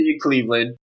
cleveland